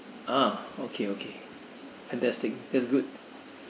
ah okay okay Fantastic that's good